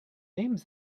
names